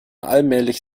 allmählich